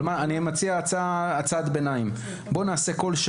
אבל אני מציע הצעת ביניים, מציע שנתכנס לדיון מידי